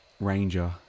Ranger